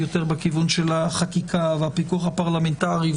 יותר בכיוון של החקיקה והפיקוח הפרלמנטרי,